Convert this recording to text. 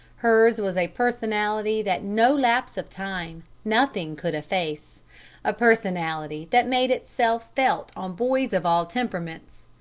hers was a personality that no lapse of time, nothing could efface a personality that made itself felt on boys of all temperaments,